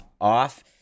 off